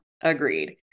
agreed